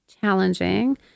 challenging